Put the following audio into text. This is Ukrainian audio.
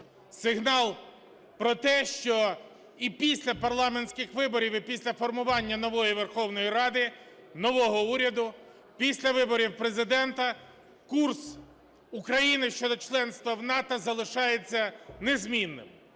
Сигнал про те, що і після парламентських виборів, і після формування нової Верховної Ради, нового уряду, після виборів Президента курс України щодо членства в НАТО залишається незмінним,